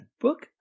book